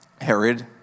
Herod